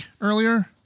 earlier